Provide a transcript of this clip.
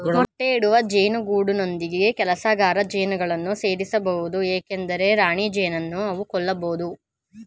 ಮೊಟ್ಟೆ ಇಡುವ ಜೇನು ಗೂಡಿನೊಂದಿಗೆ ಕೆಲಸಗಾರ ಜೇನುಗಳನ್ನು ಸೇರಿಸ ಬಾರದು ಏಕೆಂದರೆ ರಾಣಿಜೇನನ್ನು ಅವು ಕೊಲ್ಲಬೋದು